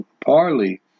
parley